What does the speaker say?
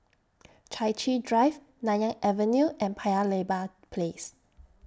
Chai Chee Drive Nanyang Avenue and Paya Lebar Place